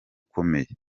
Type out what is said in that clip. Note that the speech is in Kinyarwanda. ukomeye